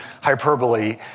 hyperbole